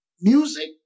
music